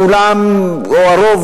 כולם או הרוב,